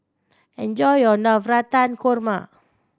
enjoy your Navratan Korma